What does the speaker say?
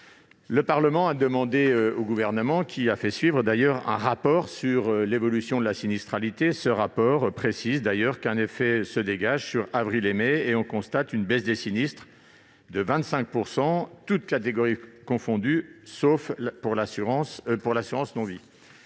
Le Parlement a demandé au Gouvernement, qui a donné suite, un rapport sur l'évolution de la sinistralité. Ce rapport précise qu'un effet se dégage en avril et en mai, puisque l'on constate une baisse des sinistres de 25 %, toutes catégories confondues, sauf pour l'assurance non-vie.